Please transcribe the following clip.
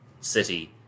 city